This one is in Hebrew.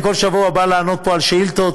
אני כל שבוע בא לענות פה על שאילתות,